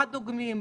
מה דוגמים.